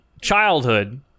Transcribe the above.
Childhood